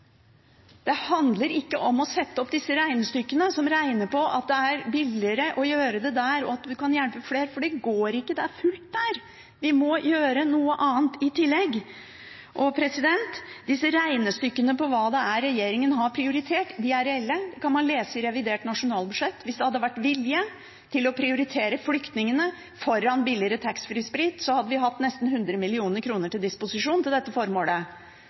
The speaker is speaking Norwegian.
Det handler ikke om å sette opp disse regnestykkene som beregner at det er billigere å gjøre det der, og at vi kan hjelpe flere, for det går ikke – det er fullt der. Vi må gjøre noe annet i tillegg. Disse regnestykkene på hva det er regjeringen har prioritert, er reelle. Det kan man lese i revidert nasjonalbudsjett. Hvis det hadde vært vilje til å prioritere flyktningene foran billigere taxfree-sprit, hadde vi hatt nesten 100 mill. kr til disposisjon til dette formålet.